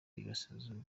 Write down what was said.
y’iburasirazuba